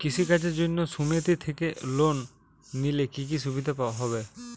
কৃষি কাজের জন্য সুমেতি থেকে লোন নিলে কি কি সুবিধা হবে?